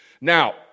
Now